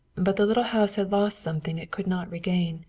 but the little house had lost something it could not regain.